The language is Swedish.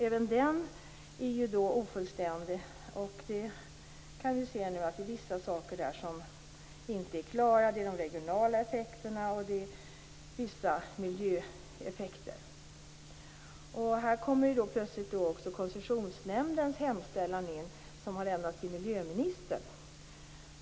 Även den är ofullständig. Vissa saker är inte klara. Det är regionala effekter och vissa miljöeffekter. Här kommer plötsligt också Koncessionsnämndens hemställan in. Den har lämnats till miljöministern.